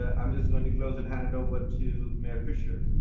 ah i'm just going to close it handed over to mayor fisher.